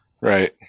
Right